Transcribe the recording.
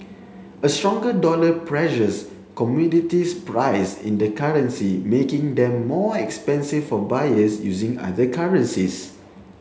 a stronger dollar pressures commodities priced in the currency making them more expensive for buyers using other currencies